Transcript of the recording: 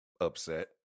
upset